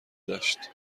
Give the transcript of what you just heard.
داشت